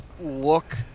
look –